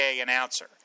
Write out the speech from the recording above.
announcer